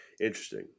Interesting